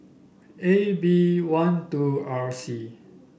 A B one two R C